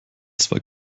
zwar